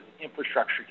infrastructure